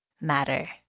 matter